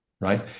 right